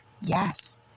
Yes